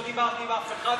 לא דיברתי עם אף אחד,